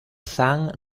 sang